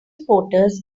reporters